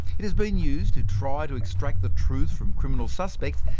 it has been used to try to extract the truth from criminal suspects,